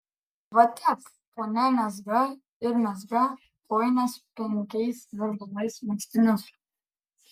va tep ponia mezga ir mezga kojines penkiais virbalais megztinius